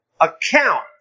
account